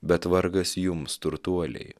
bet vargas jums turtuoliai